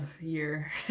year